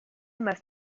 must